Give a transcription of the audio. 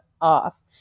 off